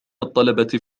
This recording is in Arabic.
الطلبة